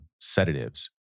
sedatives